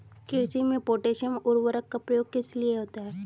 कृषि में पोटैशियम उर्वरक का प्रयोग किस लिए होता है?